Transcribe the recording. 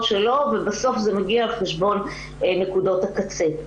שלו ובסוף זה מגיע על חשבון נקודות הקצה.